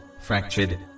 fractured